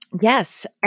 Yes